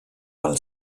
pel